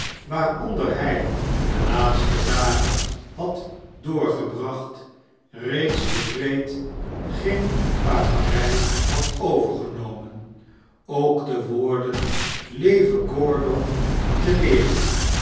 waaronder hij de laatste dagen had doorgebracht reeds den kreet geen paperij had overgenomen ook de woorden leve gordon teleeren